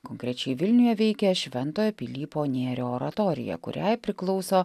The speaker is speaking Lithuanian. konkrečiai vilniuje veikia šventojo pilypo nėrio oratorija kuriai priklauso